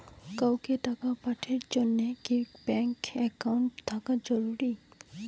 কাউকে টাকা পাঠের জন্যে কি ব্যাংক একাউন্ট থাকা জরুরি?